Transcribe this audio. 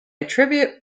attribute